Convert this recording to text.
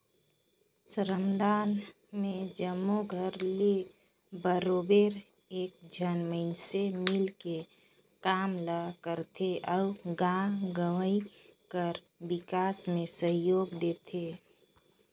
श्रमदान में जम्मो घर ले बरोबेर एक झन मइनसे मिलके काम ल करथे अउ गाँव गंवई कर बिकास में सहयोग देथे